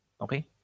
Okay